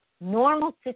normal